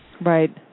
Right